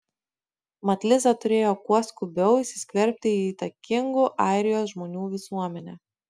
mat liza turėjo kuo skubiau įsiskverbti į įtakingų airijos žmonių visuomenę